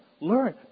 Learn